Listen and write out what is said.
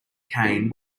cane